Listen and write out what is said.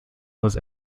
was